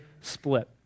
split